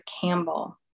Campbell